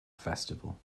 festival